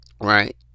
right